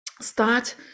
start